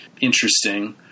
interesting